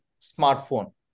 smartphone